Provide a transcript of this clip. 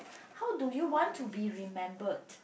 how do you want to be remembered